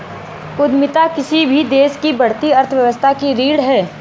उद्यमिता किसी भी देश की बढ़ती अर्थव्यवस्था की रीढ़ है